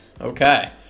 Okay